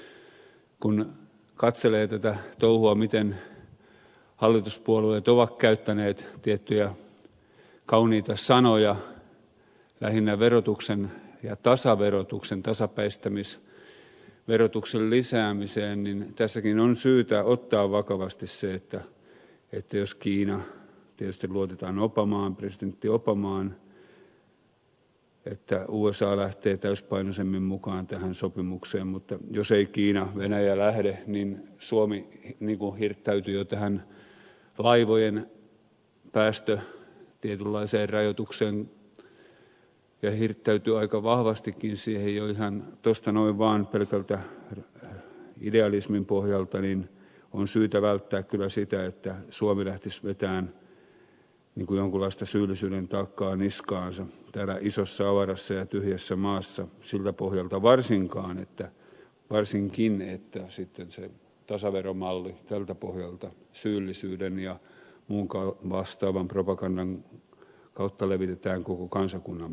mutta kun katselee tätä touhua miten hallituspuolueet ovat käyttäneet tiettyjä kauniita sanoja lähinnä verotuksen ja tasaverotuksen tasapäistämisverotuksen lisäämiseen niin tässäkin on syytä ottaa vakavasti se että jos ei kiina tietysti luotetaan presidentti obamaan että usa lähtee täysipainoisemmin mukaan tähän sopimukseen eikä venäjä lähde niin suomi hirttäytyy jo tähän tietynlaiseen laivojen päästörajoitukseen ja hirttäytyy aika vahvastikin siihen jo ihan tuosta noin vaan pelkältä idealismin pohjalta ja on syytä välttää kyllä sitä että suomi lähtisi vetämään jonkunlaista syyllisyyden taakkaa niskaansa täällä isossa avarassa ja tyhjässä maassa siltä pohjalta varsinkaan että sitten se tasaveromalli tältä pohjalta syyllisyyden ja muun vastaavan propagandan kautta levitetään koko kansakunnan päälle